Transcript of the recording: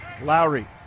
Lowry